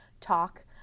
talk